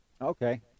Okay